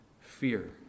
fear